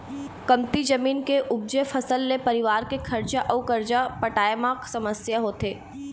कमती जमीन के उपजे फसल ले परिवार के खरचा अउ करजा पटाए म समस्या होथे